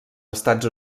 estats